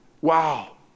Wow